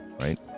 right